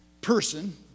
person